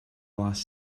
last